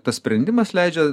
tas sprendimas leidžia